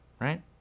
right